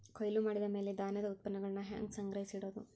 ಕೊಯ್ಲು ಮಾಡಿದ ಮ್ಯಾಲೆ ಧಾನ್ಯದ ಉತ್ಪನ್ನಗಳನ್ನ ಹ್ಯಾಂಗ್ ಸಂಗ್ರಹಿಸಿಡೋದು?